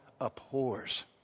abhors